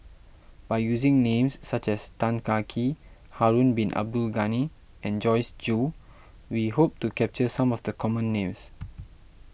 by using names such as Tan Kah Kee Harun Bin Abdul Ghani and Joyce Jue we hope to capture some of the common names